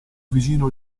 vicino